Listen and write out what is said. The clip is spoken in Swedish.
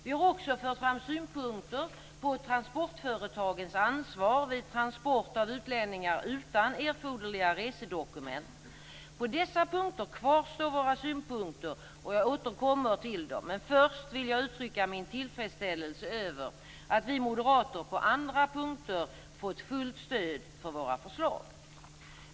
Vi har också fört fram synpunkter på transportföretagens ansvar vid transport av utlänningar utan erforderliga resedokument. På dessa punkter kvarstår våra synpunkter och jag återkommer till dessa, men först vill jag uttrycka min tillfredsställelse över att vi moderater på andra punkter fått fullt stöd för våra förslag.